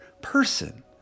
person